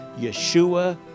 Yeshua